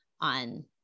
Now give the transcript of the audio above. on